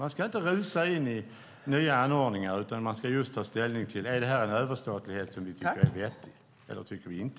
Vi ska inte rusa in i nya anordningar, utan vi ska ta ställning till om det är en överstatlighet som vi tycker är vettig eller inte.